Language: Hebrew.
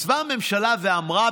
התייצבה הממשלה ואמרה,